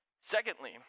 Secondly